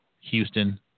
Houston